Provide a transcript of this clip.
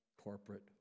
corporate